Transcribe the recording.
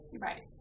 right